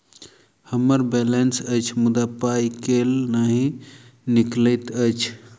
हम्मर बैलेंस अछि मुदा पाई केल नहि निकलैत अछि?